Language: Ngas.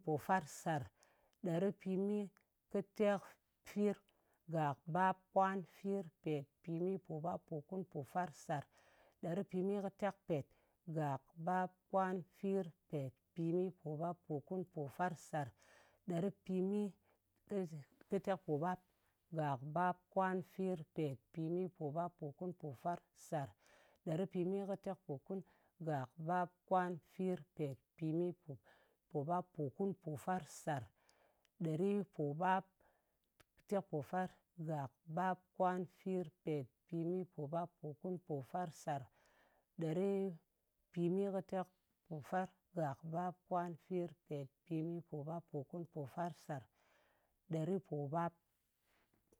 Pofar, sar. Ɗeri pimikɨtekfir. Gak, bap, kwan, fir, pet, pimi, pobap, pòkun, pòfar, sar. Ɗeri pimikɨtekpet. Gak, bap, kwan, fir, pet, pimi, pobap, pòkun, pòfar, sar. Ɗeri pimikɨtekpobap. Gak, bap, kwan, fir, pet, pimi, pobap, pòkun, pòfar, sar. Ɗrei pimikɨtekpokun. Gak, bap, kwan, fir, pet, pimi, pobap, pòkun, pòfar, sar. Ɗeri pobap, tekpofar. Gak, bap, kwan, fir, pet, pimi, pobap, pòkun, pòfar, sar. Ɗeri pimikɨtekpofar. Gak, bap, kwan, fir, pet, pimi, pobap, pòkun, pòfar, sar. Ɗeri pobap.